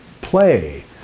play